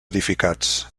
edificats